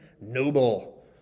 noble